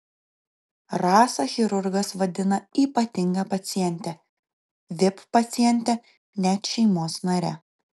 rasą chirurgas vadina ypatinga paciente vip paciente net šeimos nare